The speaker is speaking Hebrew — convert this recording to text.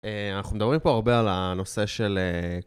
אנחנו מדברים פה הרבה על הנושא של...